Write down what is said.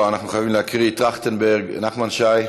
לא, אנחנו חייבים להקריא: טרכטנברג, נחמן שי,